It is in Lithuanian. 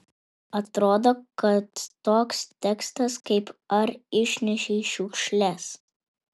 atrodo kad toks tekstas kaip ar išnešei šiukšles